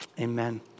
Amen